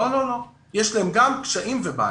לא, יש להן גם קשיים ובעיות.